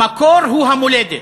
המקור הוא המולדת,